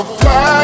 fly